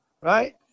right